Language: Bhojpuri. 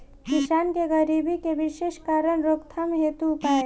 किसान के गरीबी के विशेष कारण रोकथाम हेतु उपाय?